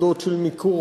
עובדות של מיקור-חוץ,